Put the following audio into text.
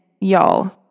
y'all